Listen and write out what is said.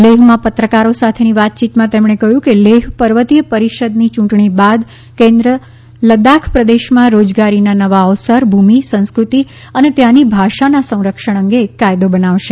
લેહમાં પત્રકારો સાથેની વાતયીતમાં તેમણે કહ્યું કે લેહ પર્વતીય પરિષદની યૂંટણી બાદ કેન્પ લદ્દાખ પ્રદેશમાં રોજગારીના નવા અવસર ભૂમિ સંસ્કૃતિ અને ત્યાંની ભાષાના સંરક્ષણ અંગે એક કાયદો બનાવશે